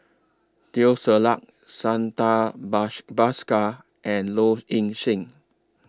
Teo Ser Luck Santha Bash Bhaskar and Low Ing Sing